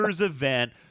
event